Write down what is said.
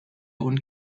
und